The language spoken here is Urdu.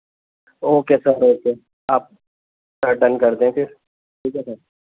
اوکے سر اوکے آپ ڈن کر دیں پھر ٹھیک ہے سر